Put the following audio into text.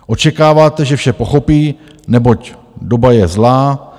Očekáváte, že vše pochopí, neboť doba je zlá.